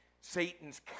Satan's